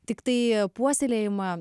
tiktai puoselėjama